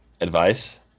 advice